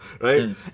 right